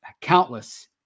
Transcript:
countless